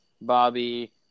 Bobby